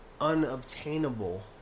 unobtainable